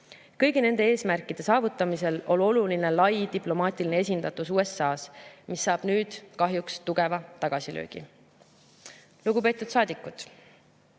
Kõigi nende eesmärkide saavutamisel on oluline lai diplomaatiline esindatus USA-s. Kahjuks saab see nüüd tugeva tagasilöögi. Lugupeetud saadikud!